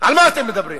על מה אתם מדברים?